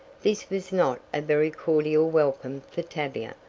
this was not a very cordial welcome for tavia,